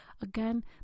again